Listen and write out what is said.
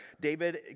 David